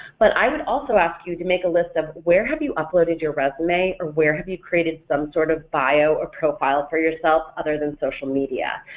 but i would also ask you to make a list of where have you uploaded your resume or where have you created some sort of bio or profile for yourself other than social media?